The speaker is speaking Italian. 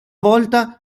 volta